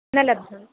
न लब्धम्